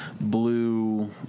blue